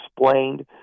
explained